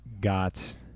got